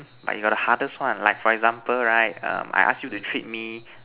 like you got the hardest one like for example right um I ask you to treat me